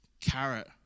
carrot